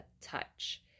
touch